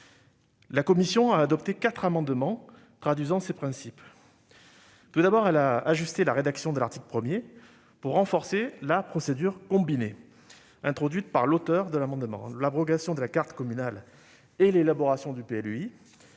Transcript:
La commission a adopté quatre amendements traduisant ces principes. Tout d'abord, elle a ajusté la rédaction de l'article 1pour renforcer la procédure combinée introduite par l'auteur de la proposition de loi. L'abrogation de la carte communale et l'élaboration du PLUi